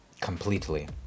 Completely